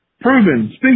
Proven